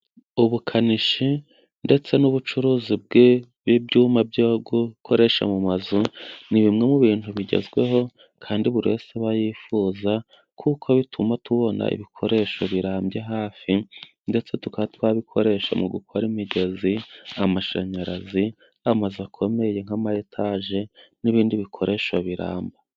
Ubukanishi ndetse n'ubucuruzi bw'ibyuma byo gukoresha mu mazu ni bimwe mu bintu bigezweho kandi buri wese aba yifuza kuko bituma tubona ibikoresho birambye hafi ndetse tukaba twabikoresha mu gukora imigezi, amashanyarazi, amazu akomeye nka ma etaje n'ibindi bikoresho biramba.